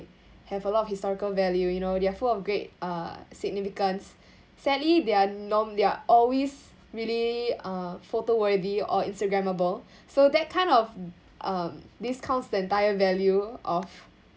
have a lot of historical value you know they are full of great uh significance sadly they are norm~ they're always really uh photo worthy or instagrammable so that kind of um discounts of entire value of